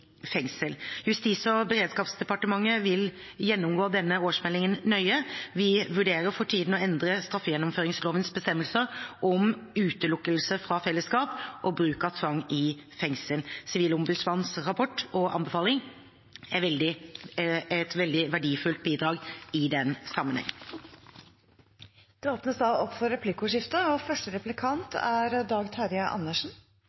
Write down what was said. fengsel. Justis- og beredskapsdepartementet vil gjennomgå denne årsmeldingen nøye. Vi vurderer for tiden å endre straffegjennomføringslovens bestemmelser om utelukkelse fra fellesskap og bruk av tvang i fengsel. Sivilombudsmannens rapport og anbefaling er et veldig verdifullt bidrag i den